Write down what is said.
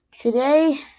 Today